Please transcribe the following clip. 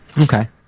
Okay